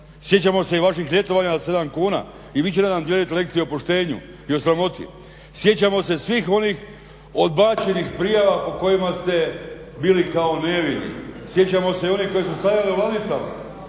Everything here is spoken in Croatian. sjećamo se i vaših ljetovanja za 7 kuna i vi ćete nam dijeliti lekcije o poštenju i o sramoti. Sjećamo se svih onih odbačenih prijava po kojima ste bili kao nevini, sjećamo se onih koje su stajale u ladicama.